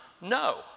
No